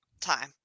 time